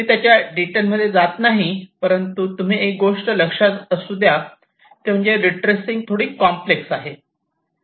मी त्याच्या डिटेल मध्ये जात नाही परंतु तुम्ही एक गोष्ट लक्षात असू द्या ती म्हणजे रीट्रेसिंग थोडी कॉम्प्लेक्स आहे